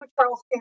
Charles